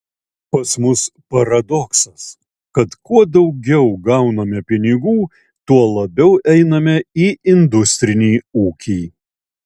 pas mus paradoksas kad kuo daugiau gauname pinigų tuo labiau einame į industrinį ūkį